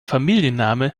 familienname